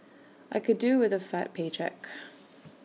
I could do with A fat paycheck